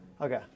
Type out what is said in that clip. Okay